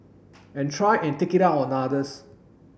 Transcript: and try and take it out on others